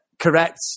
correct